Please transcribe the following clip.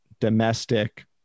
domestic